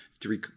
three